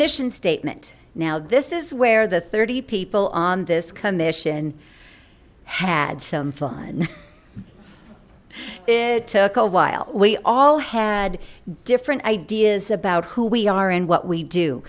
mission statement now this is where the thirty people on this commission had some fun it took a while we all had different ideas about who we are and what we do